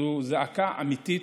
זו זעקה אמיתית.